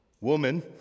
Woman